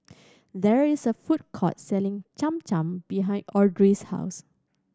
there is a food court selling Cham Cham behind Audrey's house